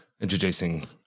introducing